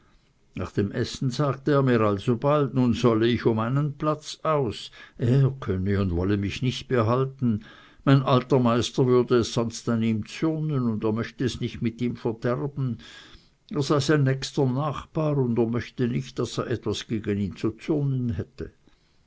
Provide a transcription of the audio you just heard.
nach dem essen sagte er mir alsobald nun solle ich um einen platz aus er könne und wolle mich nicht behalten mein alter meister würde es an ihm sonst zürnen und er möchte es nicht mit ihm verderben er sei sein nächster nachbar und er möchte nicht daß er etwas gegen ihn zu zürnen hätte